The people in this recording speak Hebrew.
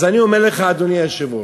אז אני אומר לך, אדוני היושב-ראש,